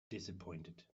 disappointed